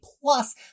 plus